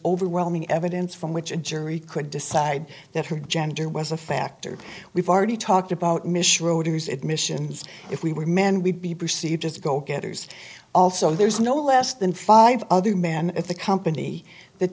overwhelming evidence from which a jury could decide that her gender was a factor we've already talked about mishra orders admissions if we were men we'd be perceived as go getters also there's no less than five other men at the company that